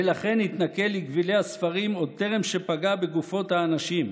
ולכן התנכל לגווילי הספרים עוד טרם שפגע בגופות האנשים.